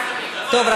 טוב,